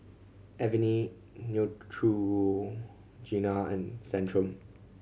Avene Neutrogena and Centrum